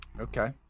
Okay